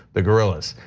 the gorillas.